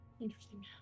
Interesting